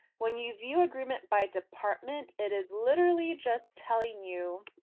when you view agreement by department it is literally just telling you